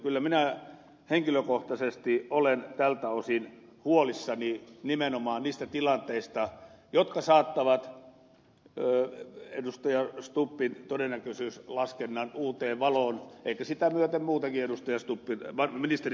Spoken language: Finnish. kyllä minä henkilökohtaisesti olen tältä osin huolissani nimenomaan niistä tilanteista jotka saattavat ministeri stubbin todennäköisyyslaskennan uuteen valoon ehkä sitä myöten muutenkin ministeri stubbin lausunnot